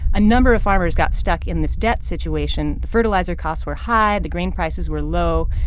a number of farmers got stuck in this debt situation. the fertilizer costs were high, the grain prices were low,